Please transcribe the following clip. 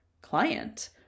client